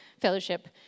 fellowship